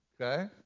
okay